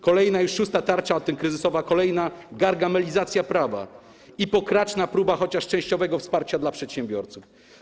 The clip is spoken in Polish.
Kolejna, już szósta, tarcza antykryzysowa, kolejna gargamelizacja prawa i pokraczna próba chociaż częściowego wsparcia dla przedsiębiorców.